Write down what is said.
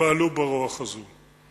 ופעלו ברוח הזו.